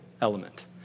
element